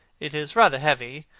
it is rather heavy,